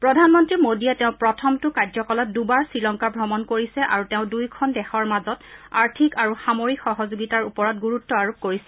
প্ৰধানমন্ত্ৰী মোদীয়ে তেওঁৰ প্ৰথমটো কাৰ্য্যকালত দুবাৰ শ্ৰীলংকা ভ্ৰমণ কৰিছে আৰু তেওঁ দুয়োখন দেশৰ মাজত আৰ্থিক আৰু সামৰিক সহযোগিতাৰ ওপৰত গুৰুত্ আৰোপ কৰিছিল